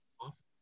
Awesome